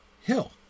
hill